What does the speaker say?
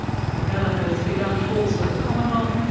katy gallagher has begun talks with the commonwealth,